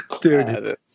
Dude